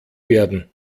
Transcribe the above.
werden